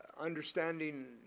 understanding